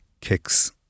kicks